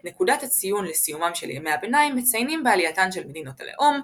את נקודת הציון לסיומם של ימי הביניים מציינים בעלייתן של מדינות הלאום,